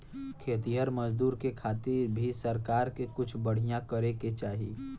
खेतिहर मजदूर के खातिर भी सरकार के कुछ बढ़िया करे के चाही